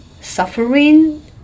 suffering